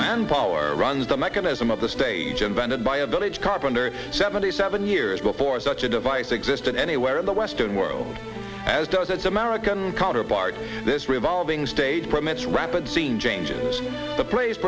manpower runs the mechanism of the stage invented by a village carpenter seventy seven years before such a device existed anywhere in the western world as does its american counterpart this revolving stage from its rapid scene changes the play